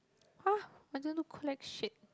!wah! I don't know collection